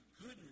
good